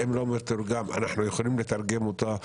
אם לא, אנחנו יכולים לתרגם אותו.